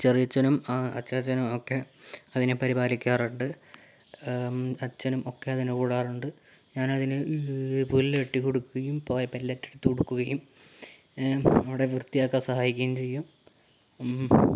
ചെറിയച്ഛനും അച്ചാച്ചനും ഒക്കെ അതിനെ പരിപാലിക്കാറുണ്ട് അച്ഛനും ഒക്കെ അതിന് കൂടാറുണ്ട് ഞാനതിന് പുല്ലിട്ട് കൊടുക്കുകയും പോയപ്പെലറ്റെടുത്തു കൊടുക്കുകയും അവിടെ വൃത്തിയാക്കാൻ സഹായിക്കുകയും ചെയ്യും